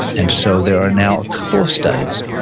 and so there are now a couple of studies,